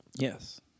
Yes